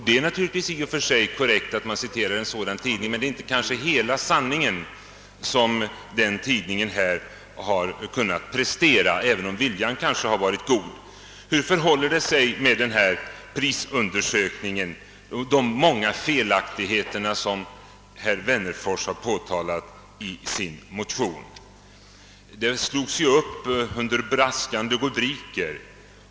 Det är naturligtvis i och för sig korrekt att man citerar en viss tidning, men det är kanske inte hela sanningen som den tidningen här har presterat, även om viljan måhända har varit god. Hur förhåller det sig med den här prisundersökningen och de många felaktigheter som herr Wennerfors har påtalat i sin motion? Prisundersökningen slogs ju upp under braskande rubriker.